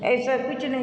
एहिसँ किछु नहि